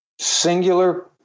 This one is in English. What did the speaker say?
singular